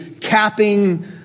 capping